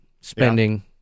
spending